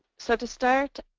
so to start